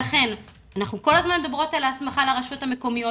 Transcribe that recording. לכן אנחנו כל הזמן מדברות על ההסמכה לרשויות המקומיות,